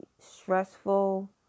stressful